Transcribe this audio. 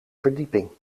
verdieping